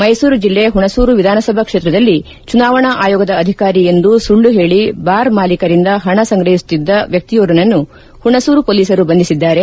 ಮೈಸೂರು ಜಿಲ್ಲೆ ಹುಣಸೂರು ವಿಧಾನಸಭಾ ಕ್ಷೇತ್ರದಲ್ಲಿ ಚುನಾವಣಾ ಆಯೋಗದ ಅಧಿಕಾರಿ ಎಂದು ಸುಳ್ಳು ಹೇಳ ಬಾರ್ ಮಾಲೀಕರಿಂದ ಪಣ ಸಂಗ್ರಹಿಸುತ್ತಿದ್ದ ವ್ಯಕ್ತಿಯೋರ್ವನನ್ನು ಹುಣಸೂರು ಹೊಲೀಸರು ಬಂಧಿಸಿದ್ದಾರೆ